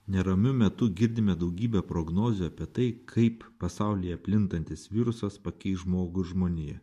neramiu metu girdime daugybę prognozių apie tai kaip pasaulyje plintantis virusas pakeis žmogų žmoniją